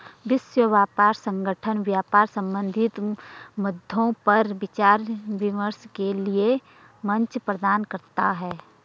विश्व व्यापार संगठन व्यापार संबंधी मद्दों पर विचार विमर्श के लिये मंच प्रदान करता है